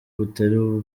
butari